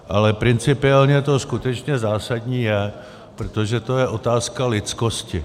Ale principiálně to skutečně zásadní je, protože to je otázka lidskosti.